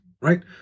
right